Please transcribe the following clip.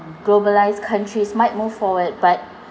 globalised countries might move forward but